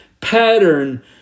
pattern